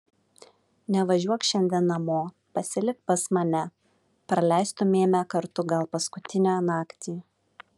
nevažiuok šiandien namo pasilik pas mane praleistumėme kartu gal paskutinę naktį